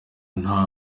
nta